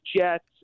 Jets